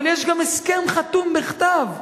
אבל יש גם הסכם חתום בכתב.